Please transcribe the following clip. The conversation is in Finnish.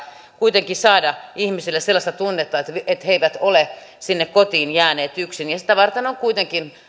kuitenkin saada ihmisille sellaista tunnetta että he eivät ole sinne kotiin jääneet yksin sitä varten on kuitenkin